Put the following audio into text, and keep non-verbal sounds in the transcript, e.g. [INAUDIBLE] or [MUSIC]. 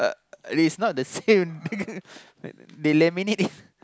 it is not the same [LAUGHS] thing they laminate